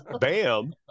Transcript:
Bam